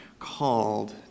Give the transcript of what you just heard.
called